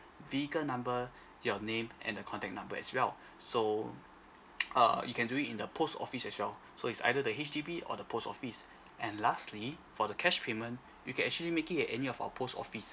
vehicle number your name and the contact number as well so err you can do it in the post office as well so it's either the H_D_B or the post office and lastly for the cash payment you can actually make it at any of our post office